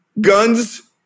Guns